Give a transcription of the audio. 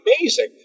amazing